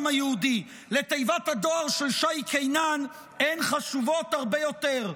היהודי לתיבת הדואר של שי קינן הן חשובות הרבה יותר.